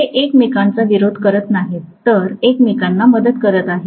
ते एकमेकांचा विरोध करीत नाहीत तर एकमेकांना मदत करत आहेत